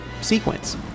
sequence